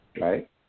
Right